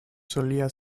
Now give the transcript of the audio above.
solía